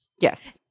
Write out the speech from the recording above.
yes